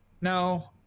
No